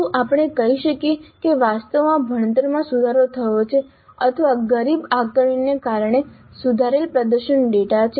શું આપણે કહી શકીએ કે વાસ્તવમાં ભણતરમાં સુધારો થયો છે અથવા ગરીબ આકારણીને કારણે સુધારેલ પ્રદર્શન ડેટા છે